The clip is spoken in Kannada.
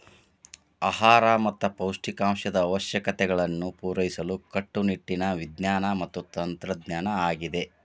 ಆಹಾರ ಮತ್ತ ಪೌಷ್ಟಿಕಾಂಶದ ಅವಶ್ಯಕತೆಗಳನ್ನು ಪೂರೈಸಲು ಕಟ್ಟುನಿಟ್ಟಿನ ವಿಜ್ಞಾನ ಮತ್ತ ತಂತ್ರಜ್ಞಾನ ಆಗಿದೆ